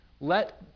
Let